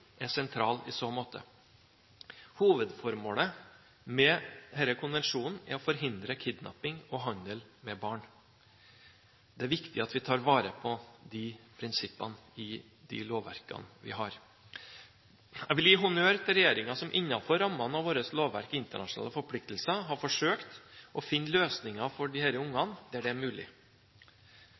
er sentral i så måte. Hovedformålet med denne konvensjonen er å forhindre kidnapping av og handel med barn. Det er viktig at vi tar vare på disse prinsippene i de lovverkene vi har. Jeg vil gi honnør til regjeringen, som innenfor rammene av vårt lovverk og internasjonale forpliktelser har forsøkt å finne løsninger for disse barna, der det er mulig.